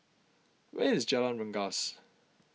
where is Jalan Rengas